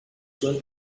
zuen